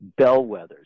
bellwethers